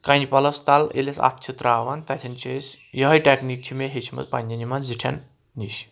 کَنہِ پَلَس تل ییٚلہِ أسۍ اَتھ چھِ ترٛاوان تتھؠن چھِ أسۍ یِہے ٹؠکنیٖک چھِ مےٚ ہیٚچھمٕژ پنٕنؠن یِمن زِٹھؠن نِش